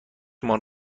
مان